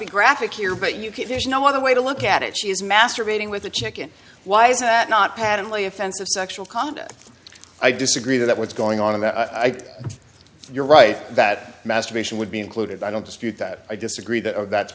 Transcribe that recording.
be graphic here but you can there's no other way to look at it she is masturbating with a chicken why is that not patently offensive sexual conduct i disagree that what's going on and you're right that masturbation would be included i don't dispute that i disagree that that's